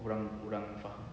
orang orang faham